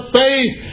faith